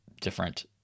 different